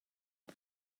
and